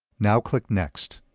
now click next.